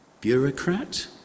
bureaucrat